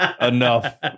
enough